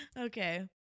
Okay